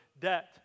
debt